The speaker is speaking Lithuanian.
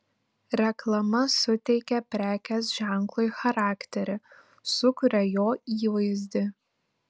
reklama suteikia prekės ženklui charakterį sukuria jo įvaizdį